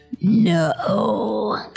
No